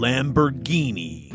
Lamborghini